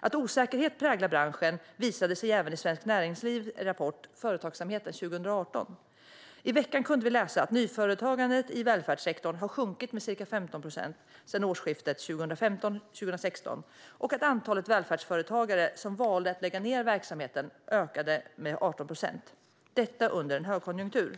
Att osäkerhet präglar branschen visade även Svenskt Näringslivs rapport Företagsamheten 2018 . I veckan kunde vi läsa att nyföretagandet i välfärdssektorn har sjunkit med ca 15 procent sedan årsskiftet 2015/16 och att antalet välfärdsföretagare som valde att lägga ned verksamheten ökade med 18 procent - detta under en högkonjunktur.